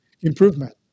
improvement